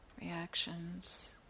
reactions